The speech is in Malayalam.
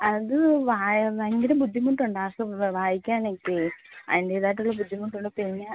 അത് വായ ഭയങ്കര ബുദ്ധിമുട്ട് ഉണ്ട് ആൾക്ക് വായിക്കാനൊക്കയേ അതിൻറേതായിട്ടുള്ള ബുദ്ധിമുട്ട് ഉണ്ട് പിന്നെ